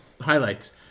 Highlights